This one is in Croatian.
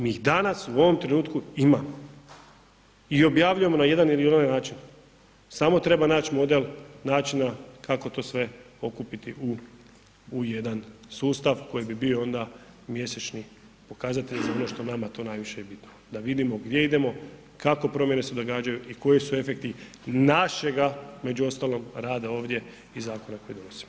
Mi ih danas u ovom trenutku imamo i objavljujemo na ovaj ili na onaj način, samo treba naći model načina kako to sve okupiti u jedan sustav koji bi bio onda mjesečni pokazatelj za ono što je nama najviše bitno da vidimo gdje idemo, kakve promjene se događaju i koji su efekti našega među ostalog rada ovdje i zakona koje donosimo.